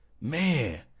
man